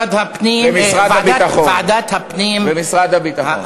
המשפטים, ועדת הפנים, למשרד הביטחון.